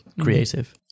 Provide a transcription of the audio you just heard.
creative